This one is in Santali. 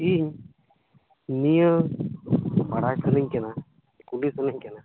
ᱤᱧ ᱱᱤᱭᱟᱹ ᱵᱟᱲᱟᱭ ᱥᱟᱱᱟᱹᱧ ᱠᱟᱱᱟ ᱠᱤᱞᱤ ᱥᱟᱱᱟᱹᱧ ᱠᱟᱱᱟ